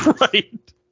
Right